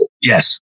Yes